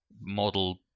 model